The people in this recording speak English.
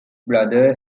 brother